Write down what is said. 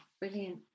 brilliant